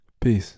Peace